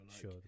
sure